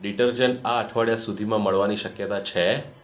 detergent આ અઠવાડિયા સુધીમાં મળવાની શક્યતા છે